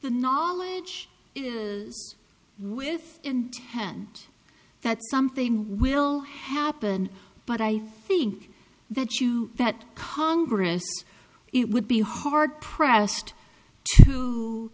the knowledge is with intent that something will happen but i think that you that congress it would be hard pressed to